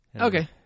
Okay